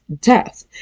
death